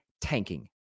tanking